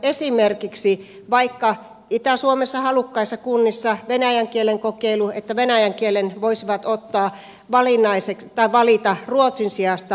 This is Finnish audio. esimerkiksi itä suomessa halukkaissa kunnissa voisi olla venäjän kielen kokeilu niin että osa ketkä haluaisivat voisi valita venäjän kielen ruotsin sijasta